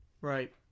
Right